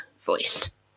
voice